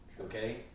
Okay